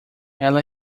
ela